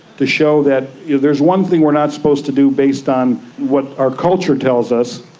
to show that there's one thing we are not supposed to do based on what our culture tells us,